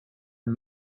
and